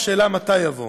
השאלה מתי יבוא.